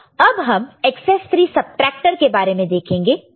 अब हम excess 3 subtractor के बारे में देखेंगे